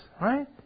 right